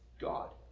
God